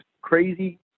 crazy